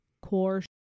core